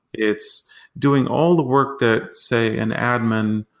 it's doing all the work that, say, an admin,